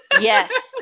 Yes